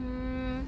mm